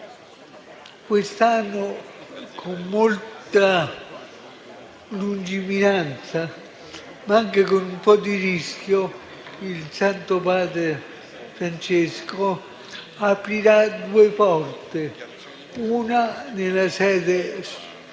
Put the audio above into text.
Quest'anno, con molta lungimiranza, ma anche con un po' di rischio, il Santo Padre Francesco aprirà due porte, una nella sede logica